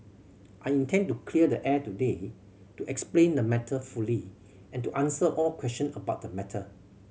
i intend to clear the air today to explain the matter fully and to answer all question about the matter